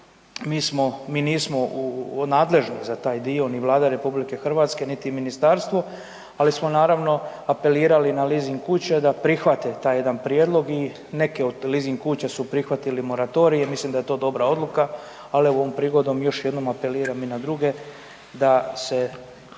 mi nismo nadležni za taj dio ni Vlada RH niti ministarstvo, ali smo, naravno, apelirali na leasing kuće da prihvate taj jedan prijedlog i neke od leasing kuća su prihvatile moratorij i mislim da je to dobra odluka, ali evo, ovom prigodom, još jednom apeliram i na druge da se